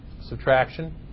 subtraction